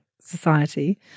society